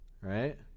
Right